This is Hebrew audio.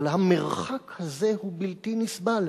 אבל המרחק הזה הוא בלתי נסבל.